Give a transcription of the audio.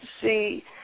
see